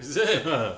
is it